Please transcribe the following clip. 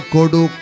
Kodu